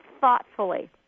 thoughtfully